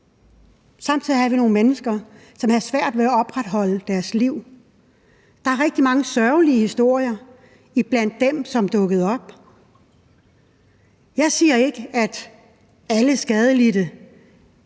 Samtidig havde vi nogle mennesker, som havde svært ved at opretholde deres liv. Der er rigtig mange sørgelige historier blandt dem, som dukkede op. Jeg siger ikke, at alle skadelidte